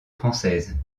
française